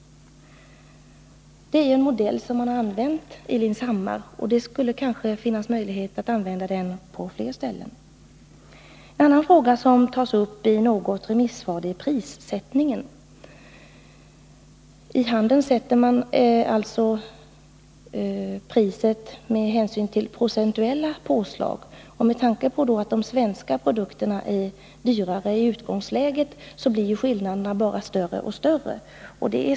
Det är ju en modell som har använts vid Lindshammars Glasbruk — det finns kanske möjligheter att använda den på fler ställen. En annan fråga som tas upp i något av remissvaren är prissättningen. I handeln sätter man alltså priset genom att göra procentuella påslag. Med tanke på att de svenska produkterna är dyrare i utgångsläget blir skillnaderna bara större och större.